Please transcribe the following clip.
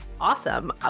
awesome